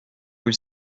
rue